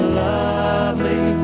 lovely